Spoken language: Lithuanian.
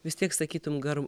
vis tiek sakytum gar